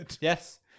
Yes